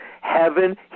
Heaven